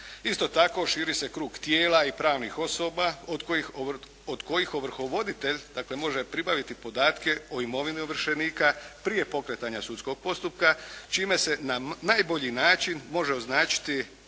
Isto tako, širi se krug tijela i pravnih osoba od kojih ovrhovoditelj može pribaviti podatke o imovini ovršenika prije pokretanja sudskog postupka čime se na najbolji način može označiti